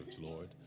Lord